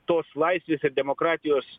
tos laisvės ir demokratijos